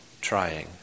trying